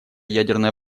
ядерная